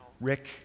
Rick